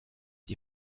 die